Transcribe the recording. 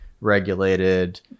regulated